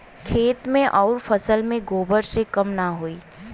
खेत मे अउर फसल मे गोबर से कम ना होई?